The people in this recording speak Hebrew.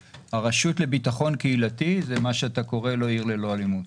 הרשות לביטחון קהילתי זה מה שאתה קורא לו עיר ללא אלימות.